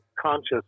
conscious